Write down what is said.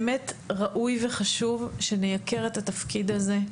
באמת ראוי וחשוב שנייקר את התפקיד הזה,